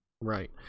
Right